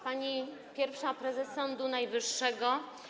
Pani Pierwsza Prezes Sądu Najwyższego!